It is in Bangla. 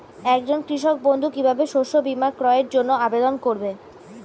একজন কৃষক বন্ধু কিভাবে শস্য বীমার ক্রয়ের জন্যজন্য আবেদন করবে?